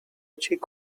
achieve